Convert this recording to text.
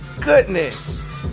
goodness